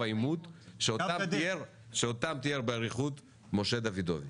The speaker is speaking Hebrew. העימות שאותם תיאר באריכות משה דוידוביץ'.